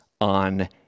on